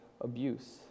abuse